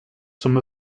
some